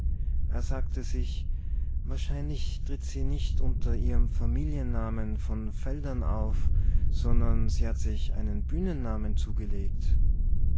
er sagte sich wahrscheinlich tritt sie nicht unter ihrem familiennamen von veldern auf sondern sie hat sich einen bühnennamen zugelegt